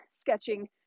sketching